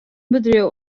bedriuw